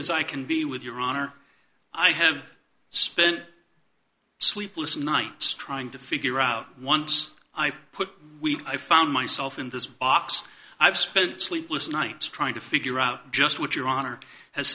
as i can be with your honor i have spent sleepless nights trying to figure out once i've put i found myself in this box i've spent sleepless nights trying to figure out just what your honor has